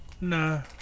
No